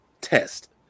test